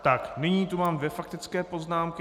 Tak, nyní tu mám dvě faktické poznámky.